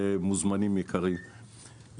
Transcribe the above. ומוזמנים יקרים,